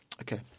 okay